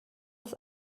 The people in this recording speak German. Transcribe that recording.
das